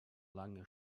lange